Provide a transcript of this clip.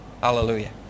Hallelujah